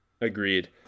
Agreed